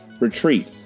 retreat